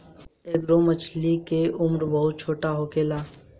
एगो मछर के उम्र बहुत छोट होखेला